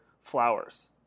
flowers